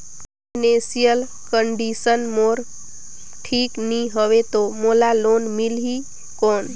Financial condition मोर ठीक नी हवे तो मोला लोन मिल ही कौन??